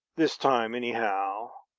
this time anyhow.